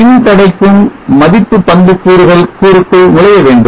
மின் தடைக்கும் மதிப்பு பண்புக்கூறுக்குள் நுழைய வேண்டும்